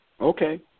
Okay